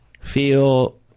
feel